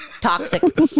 Toxic